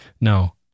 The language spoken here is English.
No